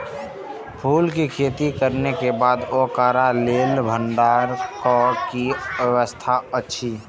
फूल के खेती करे के बाद ओकरा लेल भण्डार क कि व्यवस्था अछि?